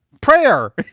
prayer